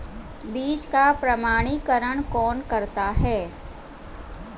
बीज का प्रमाणीकरण कौन करता है?